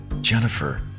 Jennifer